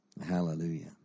Hallelujah